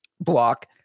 block –